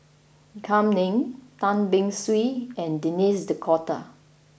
Kam Ning Tan Beng Swee and Denis D'Cotta